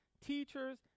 teachers